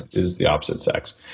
is the opposite sex.